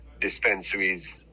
dispensaries